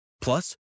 Plus